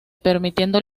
permitiendo